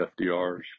fdr's